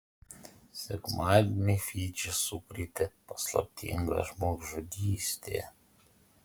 sekmadienį fidžį sukrėtė paslaptinga žmogžudystė